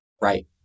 Right